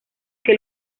que